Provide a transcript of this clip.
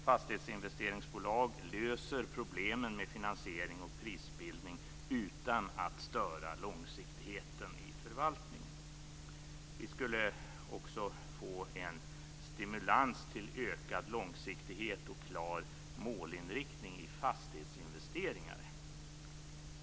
Fastighetsinvesteringsbolag löser problemen med finansiering och prisbildning utan att störa långsiktigheten i förvaltningen. Vi skulle också få en stimulans till ökad långsiktighet och klar målinriktning i fastighetsinvesteringar.